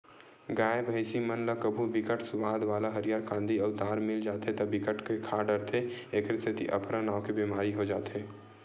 गाय, भइसी मन ल कभू बिकट सुवाद वाला हरियर कांदी अउ दार मिल जाथे त बिकट के खा डारथे एखरे सेती अफरा नांव के बेमारी हो जाथे